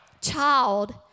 child